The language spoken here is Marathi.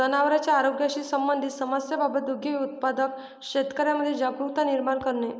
जनावरांच्या आरोग्याशी संबंधित समस्यांबाबत दुग्ध उत्पादक शेतकऱ्यांमध्ये जागरुकता निर्माण करणे